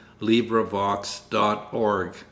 librivox.org